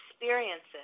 experiences